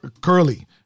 Curly